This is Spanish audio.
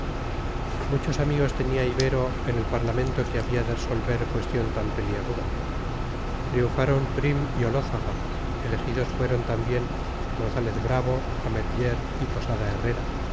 muchos amigos tenía ibero en el parlamento que había de resolver cuestión tan peliaguda triunfaron prim y olózaga elegidos fueron también gonzález bravo ametller y posada herrera